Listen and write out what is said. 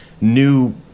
new